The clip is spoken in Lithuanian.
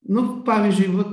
nu pavyzdžiui vat